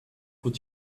would